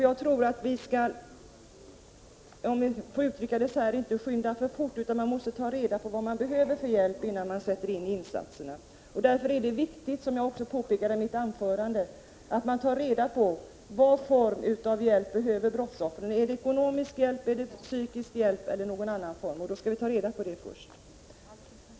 Jag tror — om jag får uttrycka det så — att vi inte skall skynda för fort, utan vi måste ta reda på vilken hjälp som behövs innan vi sätter in åtgärder. Därför är det viktigt, som jag också påpekade i mitt anförande, att veta vilken form av hjälp brottsoffren behöver. Är det ekonomisk hjälp, psykiatrisk hjälp eller någon annan form av hjälp? Vi måste ta reda på detta först.